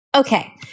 Okay